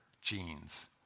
genes